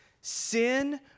Sin